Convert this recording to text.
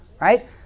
right